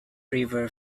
river